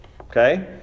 okay